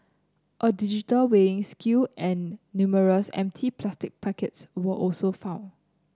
a digital weighing scale and numerous empty plastic packets were also found